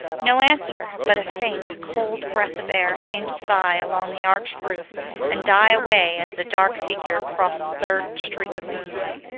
no answer, but a faint, cold breath of air seemed to sigh along the arched roof and die away as the dark figure crossed the third streak of moonlight.